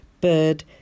bird